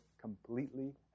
completely